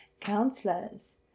counselors